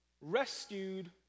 rescued